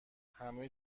همه